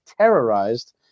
terrorized